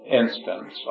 instance